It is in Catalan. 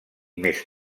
més